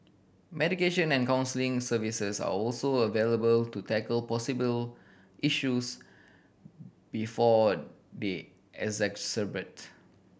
mediation and counselling services are also available to tackle possible issues before they exacerbate